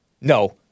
No